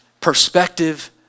Perspective